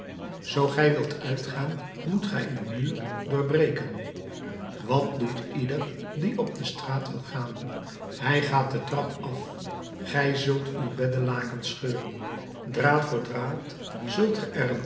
zoo gij wilt uitgaan moet gij uw muur doorbreken wat doet ieder die op de straat wil gaan hij gaat de trap af gij zult uw beddelakens scheuren draad voor draad zult ge